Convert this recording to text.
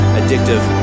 addictive